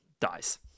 dies